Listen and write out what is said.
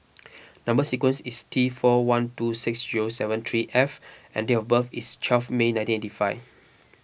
Number Sequence is T four one two six zero seven three F and date of birth is twelve May nineteen eighty five